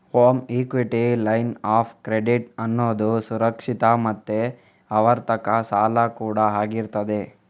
home equity line of credit ಅನ್ನುದು ಸುರಕ್ಷಿತ ಮತ್ತೆ ಆವರ್ತಕ ಸಾಲ ಕೂಡಾ ಆಗಿರ್ತದೆ